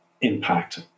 impact